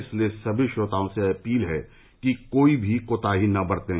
इसलिए सभी श्रोताओं से अपील है कि कोई भी कोताही न बरतें